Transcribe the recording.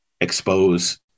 expose